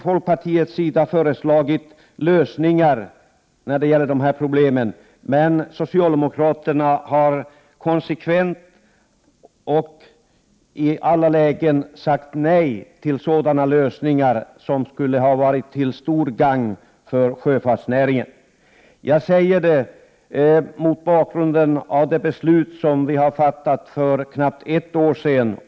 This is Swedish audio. Folkpartiet har föreslagit lösningar, men socialdemokraterna har i alla lägen konsekvent sagt nej till lösningar som skulle ha varit till stort gagn för sjöfartsnäringen. Jag säger detta mot bakgrund av det beslut som vi fattade för knappt ett år sedan.